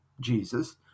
Jesus